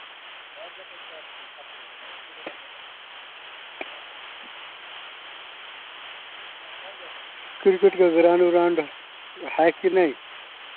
cricket का ground around है कि नहीं